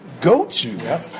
go-to